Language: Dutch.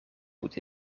moet